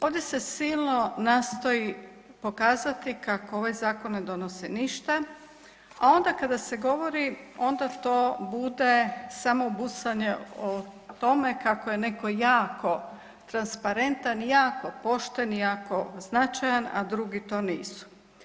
Ovdje se silno nastoji pokazati kako ovaj zakon ne donosi ništa, a onda kada se govori onda to bude samo busanje o tome kako je neko jako transparentan, jako pošten i jako značajan, a drugi to nisu.